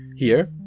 here,